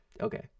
okay